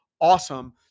awesome